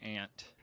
aunt